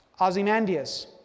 Ozymandias